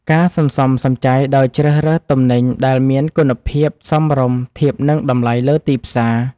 ការសន្សំសំចៃដោយជ្រើសរើសទំនិញដែលមានគុណភាពសមរម្យធៀបនឹងតម្លៃលើទីផ្សារ។